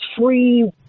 free